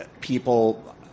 people